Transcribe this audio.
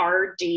rd